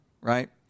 right